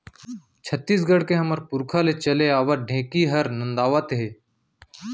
छत्तीसगढ़ के हमर पुरखा ले चले आवत ढेंकी हर नंदावत हे